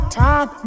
time